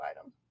item